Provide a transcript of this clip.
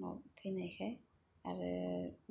माबा फैनायखाय आरो